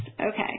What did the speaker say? okay